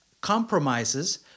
compromises